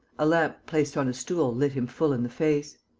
a lamp placed on a stool lit him full in the face.